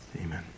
Amen